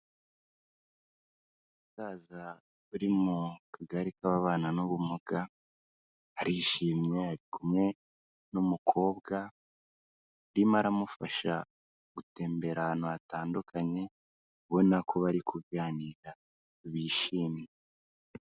Umusaza uri mu kagare k'ababana n'ubumuga arishimye ari kumwe n'umukobwa urimo aramufasha gutembera ahantu hatandukanye ubona ko bari kuganira bishimye.